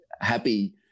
happy